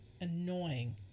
Annoying